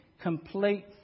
Complete